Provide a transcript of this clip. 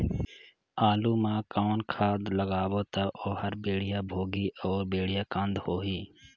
आलू मा कौन खाद लगाबो ता ओहार बेडिया भोगही अउ बेडिया कन्द होही?